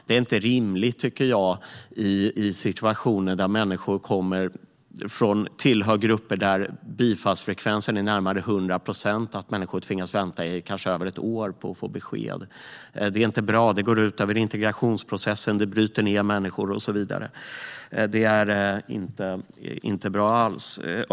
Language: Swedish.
Det är inte rimligt med situationer där människor som tillhör grupper med en bifallsfrekvens på närmare 100 procent kanske tvingas vänta i över ett år på besked. Det är inte bra, utan det går ut över integrationsprocessen, bryter ned människor och så vidare.